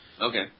Okay